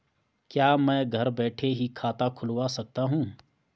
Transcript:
क्या मैं घर बैठे ही खाता खुलवा सकता हूँ?